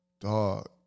dog